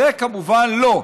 זה כמובן לא,